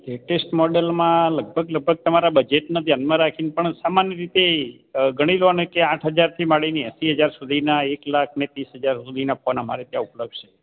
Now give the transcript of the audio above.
latest model માં લગભગ ગભગ તમારા બજેટને ધ્યાનમાં રાખીને તમારી રીતે ગણી લોન કે આઠ હજારથી માંડીને એસી હજાર સુધીના એક લાખને ત્રીસ હજાર સુધી પણ અમારે ત્યાં ઉપલબ્ધ છે